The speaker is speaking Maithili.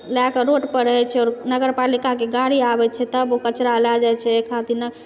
लएकऽ रोड पर रहैत छै आओर नगरपालिकाके गाड़ी आबैत छै तब ओ कचरा लए जाइत छैए हि खातिर न